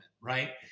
right